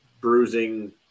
bruising